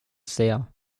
sehr